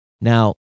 Now